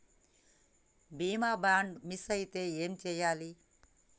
బీమా bond miss అయితే ఏం చేయాలి?